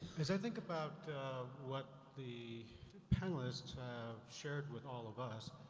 i think about what the panelists have shared with all of us.